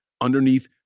underneath